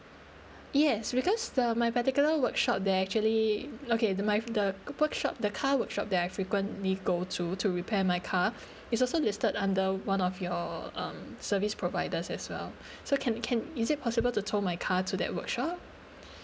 yes because the my particular workshop they actually okay the my the workshop the car workshop that I frequently go to to repair my car is also listed under one of your um service providers as well so can can is it possible to toll my car to that workshop